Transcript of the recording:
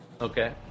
Okay